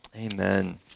Amen